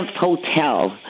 Hotel